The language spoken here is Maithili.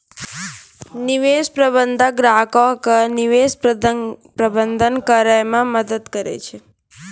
निवेश प्रबंधक ग्राहको के निवेश प्रबंधन करै मे मदद करै छै